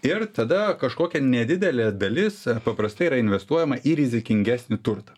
ir tada kažkokia nedidelė dalis paprastai yra investuojama į rizikingesnį turtą